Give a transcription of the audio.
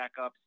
backups